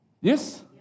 Yes